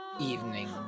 evening